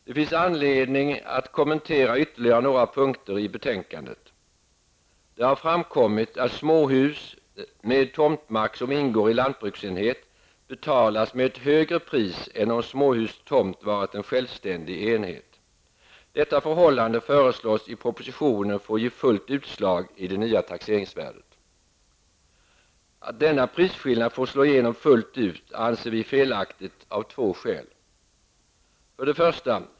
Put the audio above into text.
Det finns anledning att kommentera ytterligare några punkter i betänkandet. Det har framkommit att småhus med tomtmark som ingår i lantbruksenhet betalas med ett högre pris än om småhus och tomt hade varit en självständig enhet. Detta förhållande föreslås i propositionen få ge fullt utslag i det nya taxeringsvärdet. Att denna prisskillnad får slå igenom fullt ut anser vi vara felaktigt av två skäl: 1.